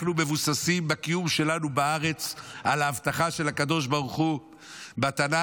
אנחנו מבוססים בקיום שלנו בארץ על ההבטחה של הקדוש ברוך הוא בתנ"ך.